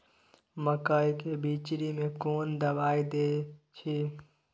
मकई के बिचरी में कोन दवाई दे छै?